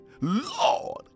Lord